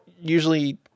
usually